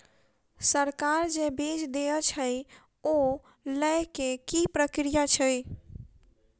सरकार जे बीज देय छै ओ लय केँ की प्रक्रिया छै?